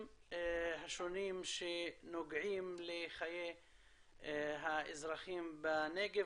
השונים שנוגעים לחיי האזרחים בנגב,